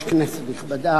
כנסת נכבדה,